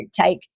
take